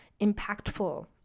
impactful